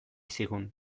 zigun